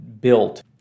built